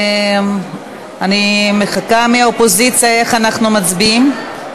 אני מחכה מהאופוזיציה, איך אנחנו מצביעים?